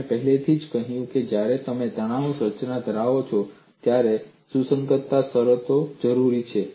આપણે પહેલેથી જ કહ્યું છે કે જ્યારે તમે તણાવ રચના ધરાવો છો ત્યારે સુસંગતતા શરતો જરૂરી છે